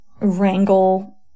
wrangle